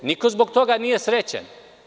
Niko zbog toga nije srećan.